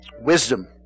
Wisdom